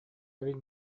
эбит